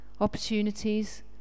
opportunities